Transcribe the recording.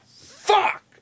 Fuck